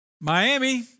Miami